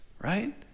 Right